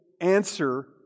answer